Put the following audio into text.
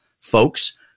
folks